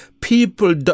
people